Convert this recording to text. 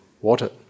water